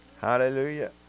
Hallelujah